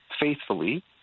faithfully